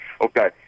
Okay